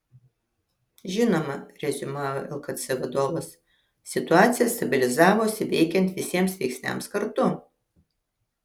žinoma reziumavo lkc vadovas situacija stabilizavosi veikiant visiems veiksniams kartu